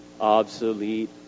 obsolete